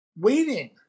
waiting